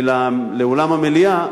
לאולם המליאה,